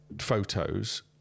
photos